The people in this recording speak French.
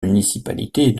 municipalités